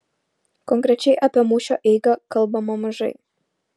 konkrečiai apie mūšio eigą kalbama mažai